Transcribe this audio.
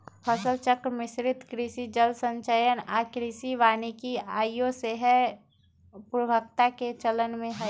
फसल चक्र, मिश्रित कृषि, जल संचयन आऽ कृषि वानिकी आइयो सेहय प्रमुखता से चलन में हइ